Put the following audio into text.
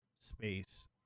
space